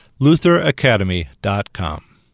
lutheracademy.com